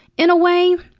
in a way.